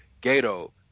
Gato